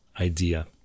idea